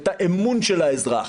את האמון של האזרח.